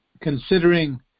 considering